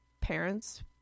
parents